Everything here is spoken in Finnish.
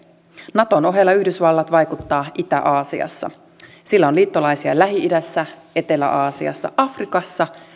naton ohella yhdysvallat vaikuttaa itä aasiassa sillä on liittolaisia lähi idässä etelä aasiassa afrikassa